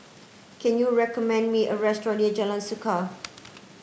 can you recommend me a restaurant near Jalan Suka